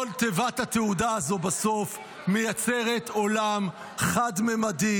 כל תיבת התהודה הזו בסוף מייצרת עולם חד-ממדי,